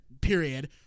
period